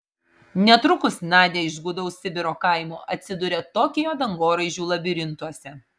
netrukus nadia iš gūdaus sibiro kaimo atsiduria tokijo dangoraižių labirintuose